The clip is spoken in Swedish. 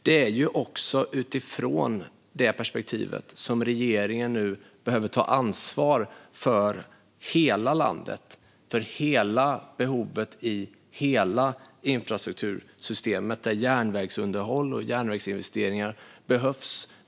Det är också utifrån detta perspektiv som regeringen nu behöver ta ansvar för hela landet - för hela behovet i hela infrastruktursystemet, där järnvägsunderhåll och järnvägsinvesteringar behövs.